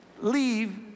leave